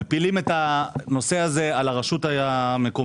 מפילים את הנושא הזה על הרשות המקומית,